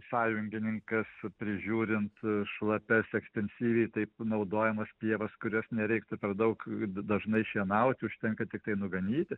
sąjungininkas prižiūrint šlapias ekstensyviai taip naudojamas pievas kurias nereiktų per daug dažnai šienaut užtenka tiktai nuganyti